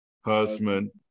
husband